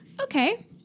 Okay